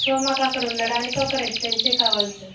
so మాకు అక్కడ ఉండడానికి ఒక రెసిడెన్సీ కావాలి సార్